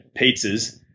pizzas